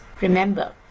Remember